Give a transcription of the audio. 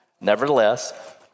Nevertheless